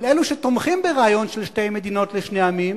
אבל אלו שתומכים ברעיון של שתי מדינות לשני עמים,